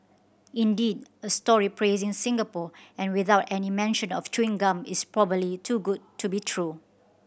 indeed a story praising Singapore and without any mention of chewing gum is probably too good to be true